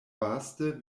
vaste